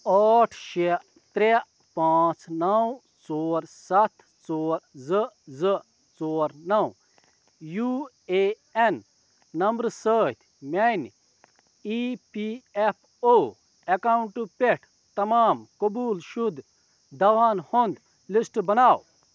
ٲٹھ شےٚ ترٛےٚ پانٛژھ نو ژور سَتھ ژور زٕ زٕ ژور نو یوٗ اے این نمبرٕ سۭتۍ میانہِ ایی پی اٮ۪ف او اکاؤنٹہٕ پٮ۪ٹھ تمام قبول شُد دوہَن ہُنٛد لسٹ بناو